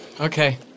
Okay